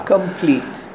Complete